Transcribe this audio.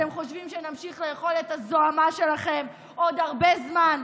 אתם חושבים שנמשיך לאכול את הזוהמה שלכם עוד הרבה זמן?